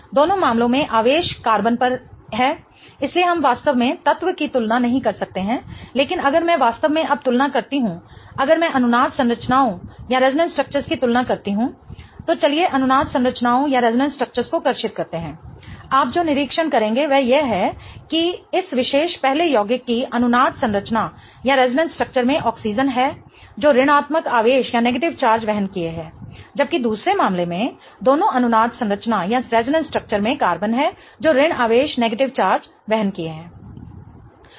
दोनों मामलों में आवेश कार्बन पर है इसलिए हम वास्तव में तत्व की तुलना नहीं कर सकते हैं लेकिन अगर मैं वास्तव में अब तुलना करती हूंअगर मैं अनुनाद संरचनाओं की तुलना करती हूं तो चलिए अनुनाद संरचनाओं को कर्षित करते हैं आप जो निरीक्षण करेंगे वह यह है के इस विशेष पहले यौगिक कि अनुनाद संरचना में ऑक्सीजन है जो ऋणात्मक आवेश वहन किए है जबकि दूसरे मामले में दोनों अनुनाद संरचना में कार्बन है जो ऋण आवेश वहन किए है